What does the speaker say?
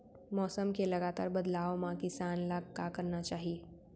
मौसम के लगातार बदलाव मा किसान ला का करना चाही?